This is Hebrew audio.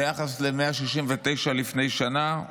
ביחס ל-169 לפני שנה,